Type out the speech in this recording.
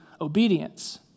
obedience